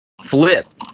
flipped